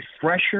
fresher